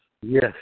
yes